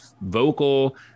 vocal